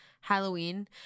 Halloween